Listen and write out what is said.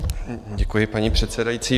Děkuji, paní předsedající.